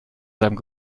seinem